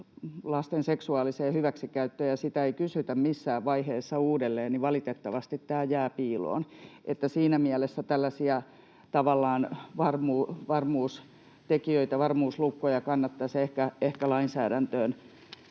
lasten seksuaaliseen hyväksikäyttöön, ja sitä ei kysytä missään vaiheessa uudelleen, niin valitettavasti tämä jää piiloon. Siinä mielessä tällaisia tavallaan varmuustekijöitä, varmuuslukkoja kannattaisi ehkä lainsäädäntöön